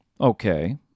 Okay